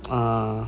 uh